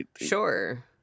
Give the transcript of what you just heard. Sure